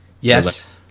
Yes